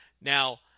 Now